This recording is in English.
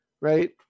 right